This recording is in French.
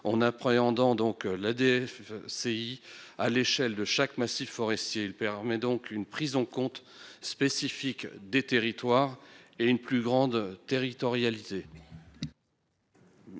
en appréhendant la DFCI à l'échelle de chaque massif forestier. Il permet donc une prise en compte spécifique des territoires. La parole est à M.